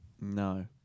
No